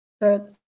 third